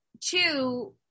two